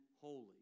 holy